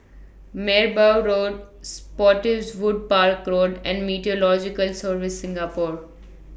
Merbau Road Spottiswoode Park Road and Meteorological Services Singapore